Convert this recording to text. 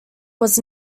was